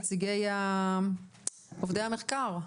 נציגי עובדי המחקר,